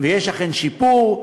ואכן יש שיפור,